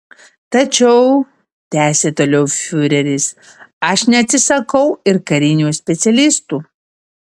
tačiau tęsė toliau fiureris aš neatsisakau ir karinių specialistų